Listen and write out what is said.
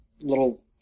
little